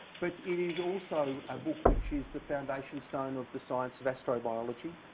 but it is also a book which is the foundation stone of the science of astrobiology.